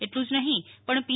એટલું જ નહીં પણ પી